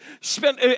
spent